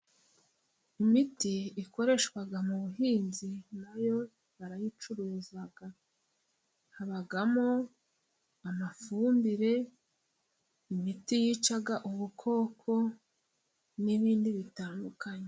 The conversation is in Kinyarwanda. Imiti ikoreshwa mu buhinzi na yo barayicuruza. Habamo amafumbire, imiti yica ubukoko n'ibindi bitandukanye.